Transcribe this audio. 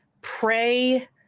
pray